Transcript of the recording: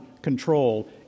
control